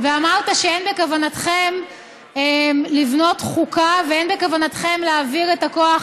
ואמרת שאין בכוונתכם לבנות חוקה ואין בכוונתכם להעביר את הכוח